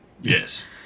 Yes